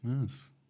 Yes